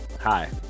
Hi